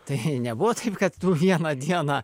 tai nebuvo taip kad tu vieną dieną